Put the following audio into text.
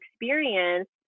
experience